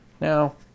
now